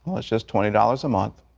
well, it's just twenty dollars a month,